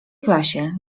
klasie